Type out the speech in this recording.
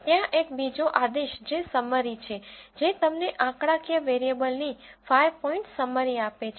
ત્યાં એક બીજો આદેશ જે સમ્મરી છે જે તમને આંકડાકીય વેરીએબલ ની 5 પોઇન્ટ સમ્મરી આપે છે